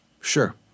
Sure